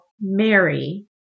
Mary